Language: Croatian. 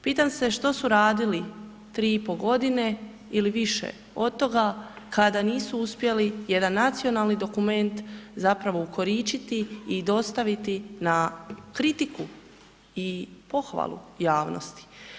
Pitam se što su radili 3,5.g. ili više od toga kada nisu uspjeli jedan nacionalni dokument zapravo ukoričiti i dostaviti na kritiku i pohvalu javnosti?